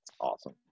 awesome